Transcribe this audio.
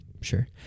Sure